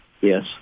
Yes